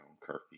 curfew